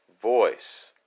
voice